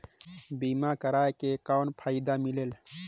बीमा करवाय के कौन फाइदा मिलेल?